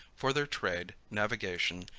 for their trade, navigation,